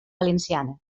valenciana